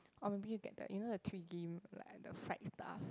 or maybe you get the you know the twigim like the fried stuff